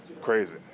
Crazy